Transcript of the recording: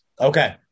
Okay